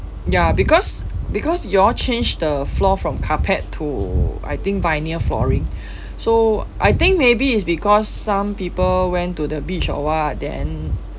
ya because because you all change the floor from carpet to I think vinyl flooring so I think maybe is because some people went to the beach or what then